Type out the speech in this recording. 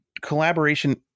collaboration